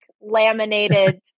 laminated